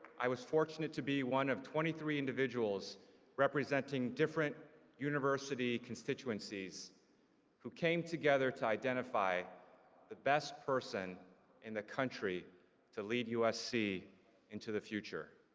i was fortunate to be one of twenty three individuals representing different university constituencies who came together to identify the best person in the country to lead usc into the future.